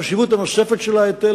החשיבות הנוספת של ההיטל,